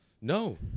No